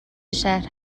شهر